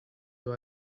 you